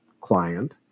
client